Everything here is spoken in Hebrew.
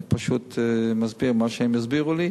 אלא פשוט מסביר מה שהם הסבירו לי,